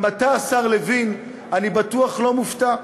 גם אתה, השר לוין, אני בטוח, לא מופתע.